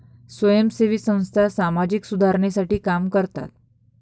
स्वयंसेवी संस्था सामाजिक सुधारणेसाठी काम करतात